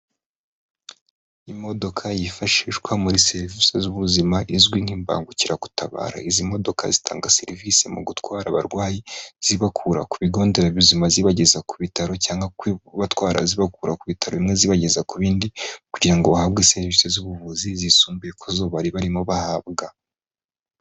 Imodoka yifashishwa muri serivisi z'ubuzima, izwi nk'imbangukiragutabara. Izi modoka zitanga serivisi mu gutwara abarwayi, zibakura ku bigo nderabuzima, zibageza ku bitaro cyangwa kubatwara zibakura ku bitaro bimwe zibageza ku bindi, kugira ngo bahabwe serivisi z'ubuvuzi zisumbuye kuzo barimo bahabwa.